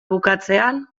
bukatzean